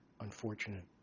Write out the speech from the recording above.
unfortunate